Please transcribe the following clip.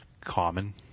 common